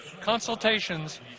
consultations